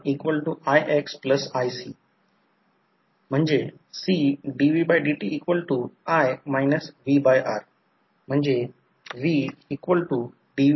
आता ट्रान्सफॉर्मरचे equivalent circuit कारण आपण ट्रान्सफॉर्मर पाहिले आहे परंतु आपल्याला ट्रान्सफॉर्मरचे इक्विवलेंट सर्किट प्राप्त करावे लागेल कारण इक्विवलेंट ट्रान्सफॉर्मरसाठी प्रॉब्लेम कसा सोडवायचा किंवा इक्विवलेंट ट्रान्सफॉर्मर